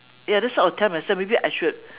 ya that's what I will tell myself maybe I should